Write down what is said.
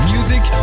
Music